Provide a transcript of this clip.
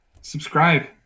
subscribe